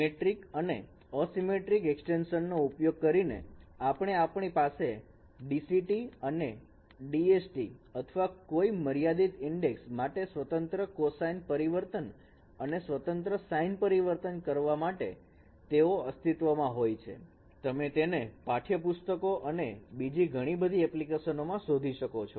symmetric અને asymmetric extension નો ઉપયોગ કરીને આપણી પાસે DCTs અને DSTs અથવા કોઈ મર્યાદિત ઇન્ડેક્સ માટે સ્વતંત્ર કોસાઈન પરિવર્તન અને સ્વતંત્ર સાઇન પરિવર્તન કરવા માટે તેઓ અસ્તિત્વમાં હોય છે તમે તેને પાઠ્યપુસ્તકો અને બીજી ઘણી બધી એપ્લિકેશન્સમાં શોધી શકો છો